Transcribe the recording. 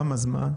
כמה זמן?